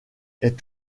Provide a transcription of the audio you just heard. est